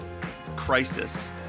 crisis